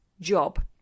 job